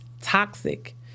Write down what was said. toxic